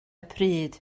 pryd